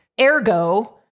Ergo